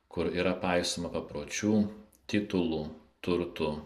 kur yra paisoma papročių titulų turtų